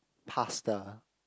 pasta